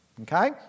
Okay